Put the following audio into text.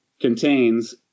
contains